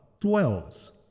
dwells